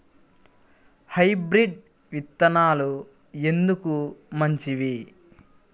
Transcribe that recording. Hybrid విత్తనాలు ఎందుకు మంచివి?